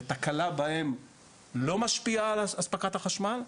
ותקלה בהם לא משפיע על אספקת החשמל,